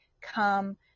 come